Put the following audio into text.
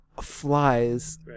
flies